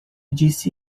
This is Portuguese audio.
disse